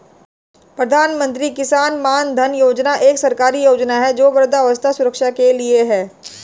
प्रधानमंत्री किसान मानधन योजना एक सरकारी योजना है जो वृद्धावस्था सुरक्षा के लिए है